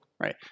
Right